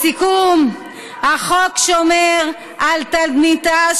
תסתכלי גם על תרבות של